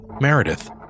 meredith